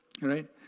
right